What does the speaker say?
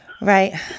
Right